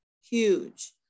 huge